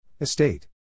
Estate